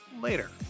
later